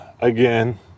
again